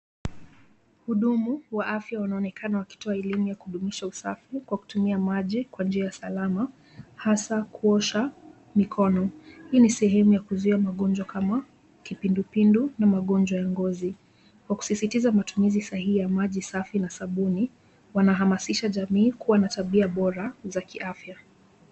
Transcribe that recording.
Hudumu wa afya wanaonekana wakitoa elimu ya kudumisha usafi kwa kutumia maji kwa njia ya salama hasa kuosha mikono. Hii ni sehemu ya kuzuia magonjwa kama kipindupindu na magonjwa ya ngozi. Kwa kusisitiza matumizi sahihi ya maji safi na sabuni wanahamasisha jamii kuwa na tabia bora za kiafya.